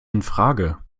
infrage